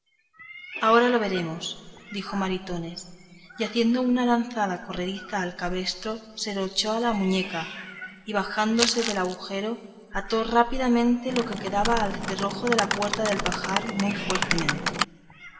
ahora lo veremos dijo maritornes y haciendo una lazada corrediza al cabestro se la echó a la muñeca y bajándose del agujero ató lo que quedaba al cerrojo de la puerta del pajar muy fuertemente